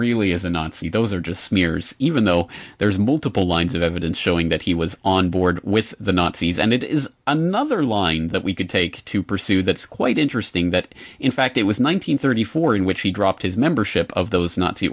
really as a nazi those are just smears even though there's multiple lines of evidence showing that he was on board with the nazis and it is another line that we could take to pursue that is quite interesting that in fact it was one nine hundred thirty four in which he dropped his membership of those nazi